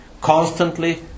Constantly